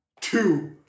two